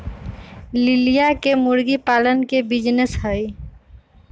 लिलिया के मुर्गी पालन के बिजीनेस हई